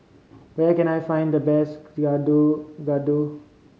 where can I find the best gado